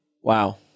Wow